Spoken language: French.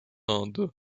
inde